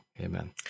Amen